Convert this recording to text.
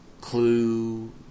clue